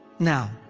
now,